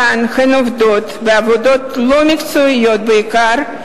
כאן הן עובדות בעבודות לא מקצועיות בעיקר,